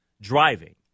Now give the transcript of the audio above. driving